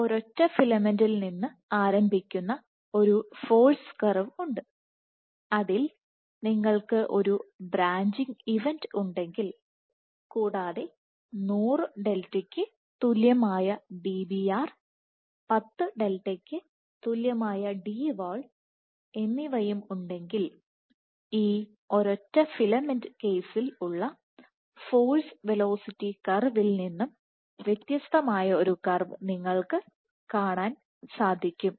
നിങ്ങൾക്ക് ഒരൊറ്റ ഫിലമെന്റിൽ നിന്ന് ആരംഭിക്കുന്ന ഒരു ഫോഴ്സ് കർവ് ഉണ്ട് അതിൽ നിങ്ങൾക്ക് ഒരു ബ്രാഞ്ചിംഗ് ഇവന്റ് ഉണ്ടെങ്കിൽ കൂടാതെ 100 ഡെൽറ്റയ്ക്ക് തുല്യമായ Dbr 10 ഡെൽറ്റയ്ക്ക് തുല്യമായ Dwall എന്നിവയും ഉണ്ടെങ്കിൽ ഈ ഒരൊറ്റ ഫിലമെൻറ് കേസിൽ ഉള്ള ഫോഴ്സ് വെലോസിറ്റി കർവിൽ നിന്നും വ്യത്യസ്തമായ ഒരു കർവ് നിങ്ങൾക്ക് കാണാൻ സാധിക്കും